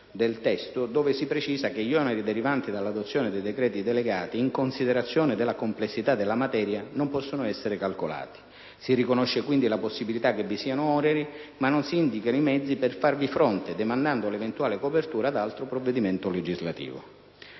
di legge dove si precisa che gli oneri derivanti dall'adozione dei decreti delegati, in considerazione della complessità della materia, non possono essere calcolati. Si riconosce, quindi, la possibilità che vi siano oneri, ma non si indicano i mezzi per farvi fronte demandando l'eventuale copertura ad altro provvedimento legislativo.